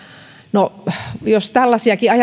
no jos tällaisiakin ajatuksia